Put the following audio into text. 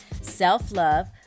self-love